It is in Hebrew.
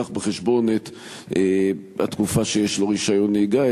יביא בחשבון את התקופה שיש לו רשיון נהיגה,